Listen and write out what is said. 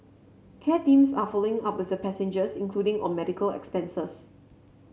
care teams are following up with the passengers including on medical expenses